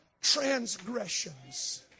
transgressions